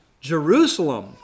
Jerusalem